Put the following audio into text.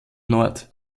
nord